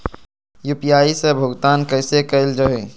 UPI से भुगतान कैसे कैल जहै?